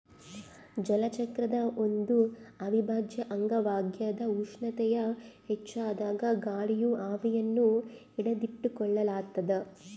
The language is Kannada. ಜಲಚಕ್ರದ ಒಂದು ಅವಿಭಾಜ್ಯ ಅಂಗವಾಗ್ಯದ ಉಷ್ಣತೆಯು ಹೆಚ್ಚಾದಾಗ ಗಾಳಿಯು ಆವಿಯನ್ನು ಹಿಡಿದಿಟ್ಟುಕೊಳ್ಳುತ್ತದ